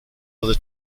other